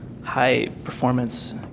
high-performance